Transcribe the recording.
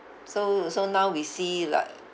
so so now we see like